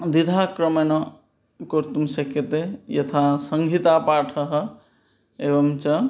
द्विधाक्रमेण कर्तुं शक्यते यथा संहितापाठः एवं च